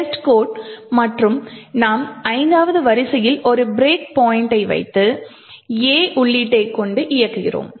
Testcode மற்றும் நாம் 5 வது வரிசையில் ஒரு பிரேக் பாயிண்ட்டை வைத்து A உள்ளீட்டைக் கொண்டு இயக்குகிறோம்